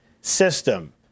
system